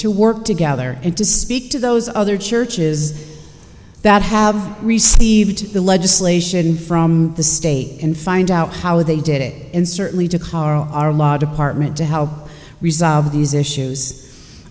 to work together and to speak to those other churches that have received the legislation from the state and find out how they did it and certainly to car our law department to how resolve these issues